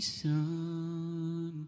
son